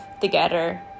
together